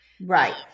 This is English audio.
right